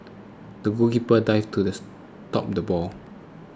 the goalkeeper dived to stop the ball